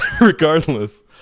Regardless